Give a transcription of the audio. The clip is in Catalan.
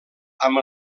amb